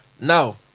Now